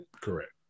Correct